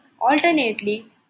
Alternately